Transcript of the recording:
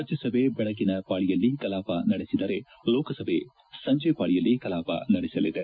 ರಾಜ್ಯಸಭೆ ಬೆಳಗಿನ ಪಾಳಿಯಲ್ಲಿ ಕಲಾಪ ನಡೆಸಿದರೆ ಲೋಕಸಭೆ ಸಂಜೆ ಪಾಳಿಯಲ್ಲಿ ಕಲಾಪ ನಡೆಸಲಿದೆ